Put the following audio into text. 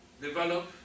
develop